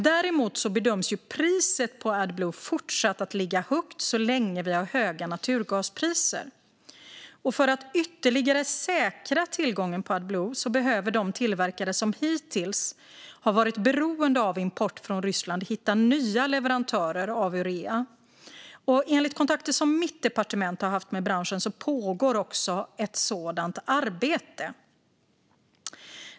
Däremot bedöms priset på Adblue fortsatt ligga högt så länge vi har höga naturgaspriser. För att ytterligare säkra tillgången till Adblue behöver de tillverkare som hittills har varit beroende av import från Ryssland hitta nya leverantörer av urea. Enligt kontakter som mitt departement har haft med branschen pågår också ett sådant arbete.